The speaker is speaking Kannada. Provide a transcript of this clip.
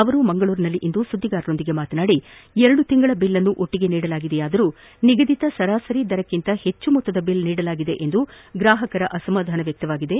ಅವರು ಮಂಗಳೂರಿನಲ್ಲಿಂದು ಸುದ್ದಿಗಾರರೊಂದಿಗೆ ಮಾತನಾಡಿ ಎರಡು ತಿಂಗಳ ಬಿಲ್ನ್ನು ಒಟ್ಟಿಗೆ ನೀಡಿದ್ದರೂ ನಿಗದಿತ ಸರಾಸರಿ ದರಕ್ಕಿಂದ ಹೆಚ್ಚನ ಮೊತ್ತದ ಬಿಲ್ ನೀಡಲಾಗಿದೆ ಎಂದು ಗ್ರಾಹಕರು ಅಸಮಾಧಾನ ವ್ಯಕ್ತಪಡಿಸಿದ್ದಾರೆ